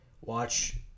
watch